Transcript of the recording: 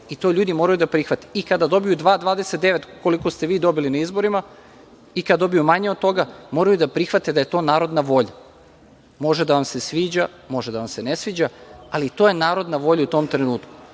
i to ljudi moraju da prihvate i kada dobiju 2,29%, koliko ste vi dobili na izborima, i kada dobiju manje od toga, moraju da prihvate da je to narodna volja. Može da vam se sviđa. Može da vam se ne sviđa, ali to je narodna volja u tom trenutku.